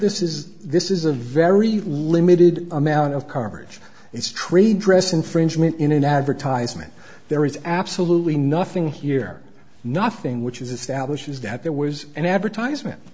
this is this is a very limited amount of coverage it's trade dress infringement in an advertisement there is absolutely nothing here nothing which is establishes that there was an advertisement